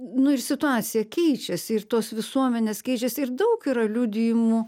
nu ir situacija keičiasi ir tos visuomenės keičiasi ir daug yra liudijimų